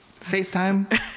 FaceTime